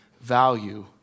value